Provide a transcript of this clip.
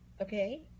okay